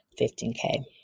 15K